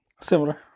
similar